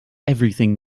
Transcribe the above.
everything